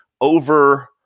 over